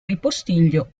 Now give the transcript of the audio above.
ripostiglio